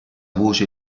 voce